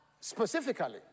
specifically